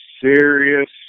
serious